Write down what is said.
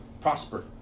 prosper